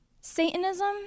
Satanism